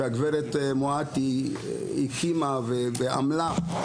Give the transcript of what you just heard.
שהגברת מואטי הקימה ועמלה בה.